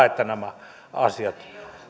että nämä asiat